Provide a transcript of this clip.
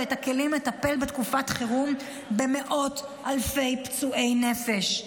את הכלים לטפל בתקופת חירום במאות אלפי פצועי נפש.